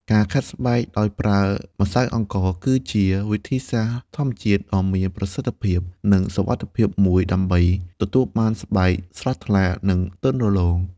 ការខាត់ស្បែកដោយប្រើម្សៅអង្ករគឺជាវិធីសាស្ត្រធម្មជាតិដ៏មានប្រសិទ្ធភាព និងសុវត្ថិភាពមួយដើម្បីទទួលបានស្បែកស្រស់ថ្លា និងទន់រលោង។